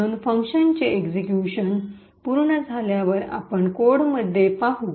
म्हणून फंक्शनचे execution पूर्ण झाल्यावर आपण कोडमध्ये पाहू